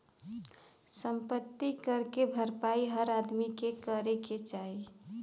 सम्पति कर के भरपाई हर आदमी के करे क चाही